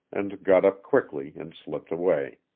and got up quickly, and slipped away.